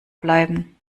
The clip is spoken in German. bleiben